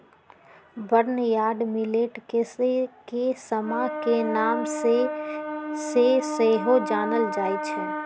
barnyard millet के समा के नाम से सेहो जानल जाइ छै